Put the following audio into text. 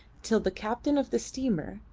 till the captain of the steamer,